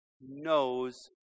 knows